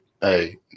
Hey